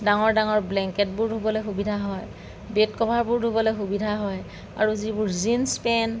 ডাঙৰ ডাঙৰ ব্লেংকেটবোৰ ধুবলৈ সুবিধা হয় বেডকভাৰবোৰ ধুবলৈ সুবিধা হয় আৰু যিবোৰ জিনছ পেণ্ট